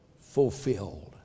fulfilled